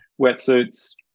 Wetsuits